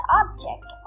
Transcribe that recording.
object